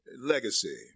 legacy